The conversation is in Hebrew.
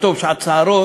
ערבי.